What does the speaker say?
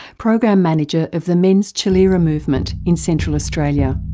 program manager of the men's tjilirra movement in central australia.